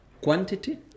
quantity